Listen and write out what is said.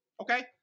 Okay